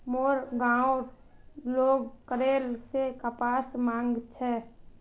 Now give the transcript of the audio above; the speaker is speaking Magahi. मोर गांउर लोग केरल स कपास मंगा छेक